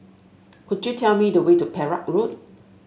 could you tell me the way to Perak Road